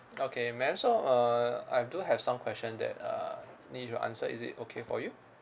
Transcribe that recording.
okay ma'am so uh I do have some question that uh need you to answer is it okay for you